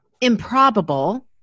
improbable